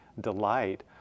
delight